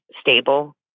stable